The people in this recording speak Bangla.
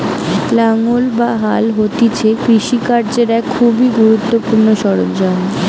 লাঙ্গল বা হাল হতিছে কৃষি কাজের এক খুবই গুরুত্বপূর্ণ সরঞ্জাম